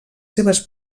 seves